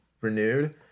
renewed